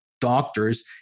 doctors